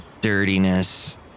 Dirtiness